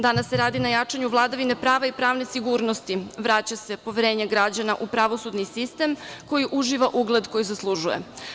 Danas se radi na jačanju vladavine prava i pravne sigurnosti, vraća se poverenje građana u pravosudni sistem koji uživa ugled koji zaslužuje.